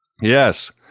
Yes